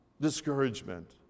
discouragement